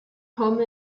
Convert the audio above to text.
home